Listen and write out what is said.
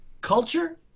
culture